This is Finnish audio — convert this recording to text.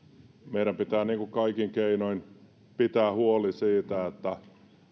meidän pitää kaikin keinoin pitää huoli siitä että